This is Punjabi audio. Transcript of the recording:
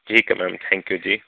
ਠੀਕ ਹੈ ਮੈਮ ਥੈਂਕ ਯੂ ਜੀ